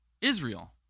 Israel